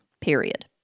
period